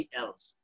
else